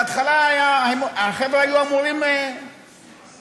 בהתחלה לחבר'ה היו אמורים להיות תגים,